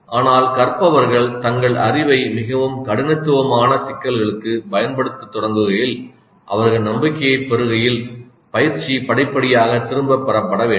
ஆனால் கற்பவர்கள் தங்கள் அறிவை மிகவும் கடினத்துவமான சிக்கல்களுக்குப் பயன்படுத்தத் தொடங்குகையில் அவர்கள் நம்பிக்கையைப் பெறுகையில் பயிற்சி படிப்படியாக திரும்பப் பெறப்பட வேண்டும்